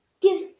give